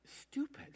Stupid